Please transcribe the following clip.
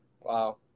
Wow